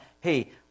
hey